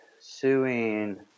suing